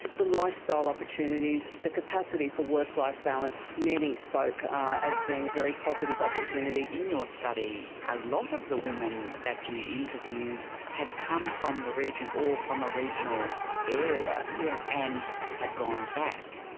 the lifestyle opportunities, the capacity for work-life balance, many spoke as being a very positive opportunity. in your study a lot of the women that you interviewed had come from the region or from a regional area and yeah and had gone back.